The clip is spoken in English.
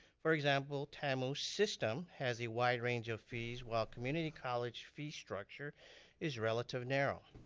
for example, tamu's system has a wide range of fees while community college fee structure is relative narrow.